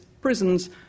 prisons